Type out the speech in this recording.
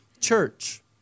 church